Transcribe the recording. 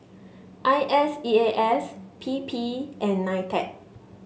I S E A S P P and Nitec